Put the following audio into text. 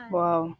wow